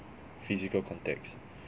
physical contacts